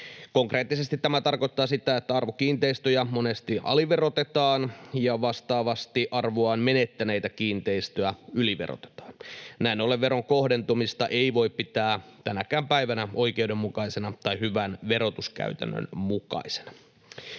Konkreettisesti tämä tarkoittaa sitä, että arvokiinteistöjä monesti aliverotetaan ja vastaavasti arvoaan menettäneitä kiinteistöjä yliverotetaan. Näin ollen veron kohdentumista ei voi pitää tänäkään päivänä oikeudenmukaisena tai hyvän verotuskäytännön mukaisena.